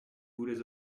voulez